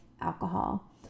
alcohol